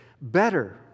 Better